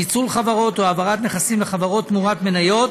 פיצול חברות או העברת נכסים לחברות תמורת מניות,